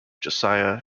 josiah